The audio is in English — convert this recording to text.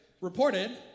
reported